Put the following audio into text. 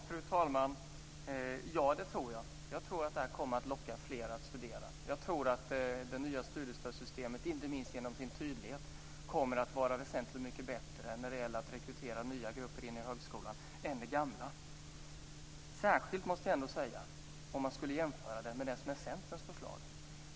Fru talman! Ja, det tror jag. Jag tror att förslaget kommer att locka fler att studera. Det nya studiestödssystemet kommer inte minst genom sin tydlighet att vara väsentligt mycket bättre när det gäller att rekrytera nya grupper till högskolan än det gamla. Det gäller särskilt om man ska jämföra det med Centerns förslag.